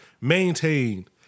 maintained